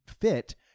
fit